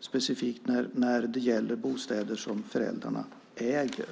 specifikt när det gäller bostäder som föräldrarna äger.